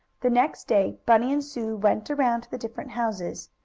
the next day bunny and sue went around to the different houses,